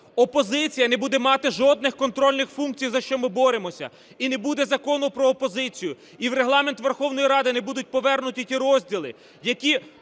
опозиція не буде мати жодних контрольних функцій, за що ми боремося, і не буду Закону "Про опозицію", і в Регламент Верховної Ради не будуть повернуті ті розділи, які